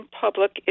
public